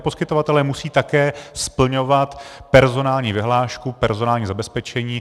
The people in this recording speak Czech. A ti poskytovatelé musejí také splňovat personální vyhlášku, personální zabezpečení.